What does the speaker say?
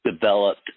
developed